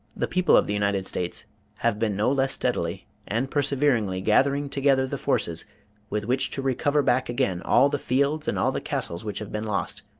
the people of the united states have been no less steadily and perseveringly gathering together the forces with which to recover back again all the fields and all the castles which have been lost,